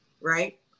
right